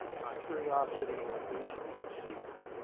my curiosity induced me to see her.